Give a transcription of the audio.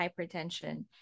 hypertension